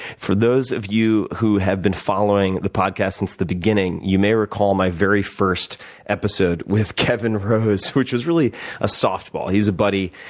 for those of you who have been following the podcast since the beginning, you may recall my very first episode with kevin rose, which was really a softball. he's a buddy,